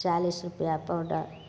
चालिस रुपैआ पाउडर